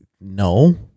no